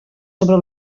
sobre